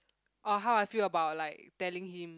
orh how I feel about like telling him